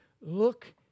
Look